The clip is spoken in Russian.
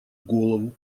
голову